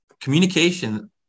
communication